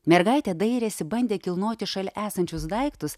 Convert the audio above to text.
mergaitė dairėsi bandė kilnoti šalia esančius daiktus